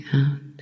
out